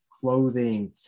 clothing